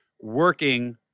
working